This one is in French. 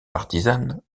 partisane